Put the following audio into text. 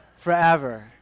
Forever